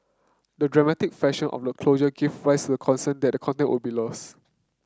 the dramatic fashion of the closure gave rise to the concern that the content would be lost